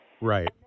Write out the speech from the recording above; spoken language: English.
Right